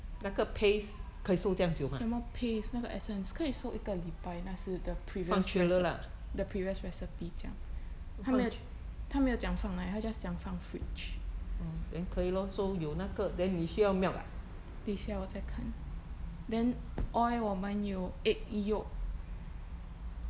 什么 paste 那个 essence 可以收一个礼拜那是 the previous reci~ the previous recipe 这样它没有它没有讲放哪里它 just 讲放 fridge 等一下我在看 then oil 我们有 egg yolk